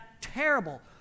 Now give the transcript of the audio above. terrible